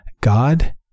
god